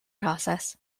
process